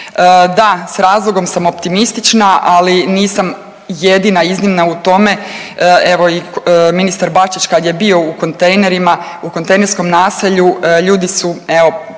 Da, s razlogom sam optimistična, ali nisam jedina iznimna u tome, evo i ministar Bačić kad je bio u kontejnerima, u kontejnerskom naselju, ljudi su evo,